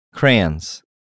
Crayons